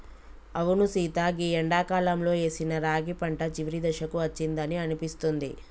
అవును సీత గీ ఎండాకాలంలో ఏసిన రాగి పంట చివరి దశకు అచ్చిందని అనిపిస్తుంది